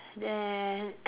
then